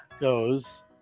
goes